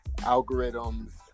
Algorithms